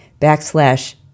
backslash